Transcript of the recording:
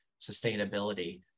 sustainability